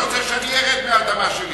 למה אתה לא רוצה, אתה רוצה שאני ארד מהאדמה שלי.